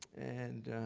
and